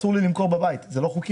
אסור לי למכור בבית, זה לא חוקי.